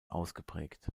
ausgeprägt